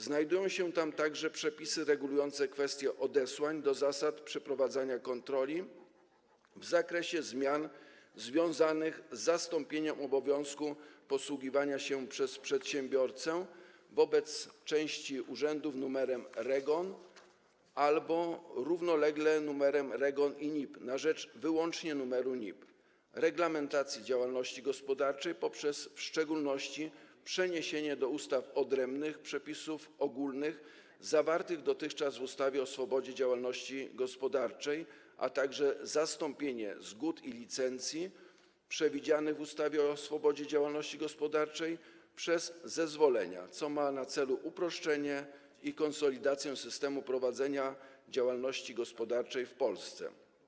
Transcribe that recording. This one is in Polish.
Znajdują się tam także przepisy regulujące kwestię odesłań do zasad przeprowadzania kontroli w zakresie zmian związanych z zastąpieniem obowiązku posługiwania się przez przedsiębiorcę wobec części urzędów numerem REGON albo równolegle numerem REGON i NIP na rzecz wyłącznie numeru NIP, reglamentacji działalności gospodarczej poprzez w szczególności przeniesienie do odrębnych ustaw przepisów ogólnych zawartych dotychczas w ustawie o swobodzie działalności gospodarczej, a także zastąpienie zgód i licencji przewidzianych w ustawie o swobodzie działalności gospodarczej przez zezwolenia, co ma na celu uproszczenie i konsolidację systemu prowadzenia działalności gospodarczej w Polsce.